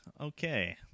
Okay